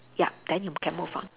ya then you can move on